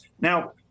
Now